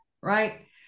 right